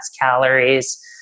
calories